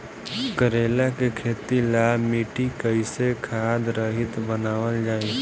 करेला के खेती ला मिट्टी कइसे खाद्य रहित बनावल जाई?